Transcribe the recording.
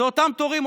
אלה אותם תורים,